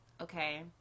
okay